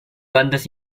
bandas